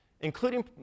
including